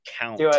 count